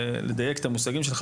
לדייק את המושגים שלך,